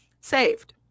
saved